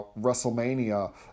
WrestleMania